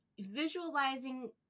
visualizing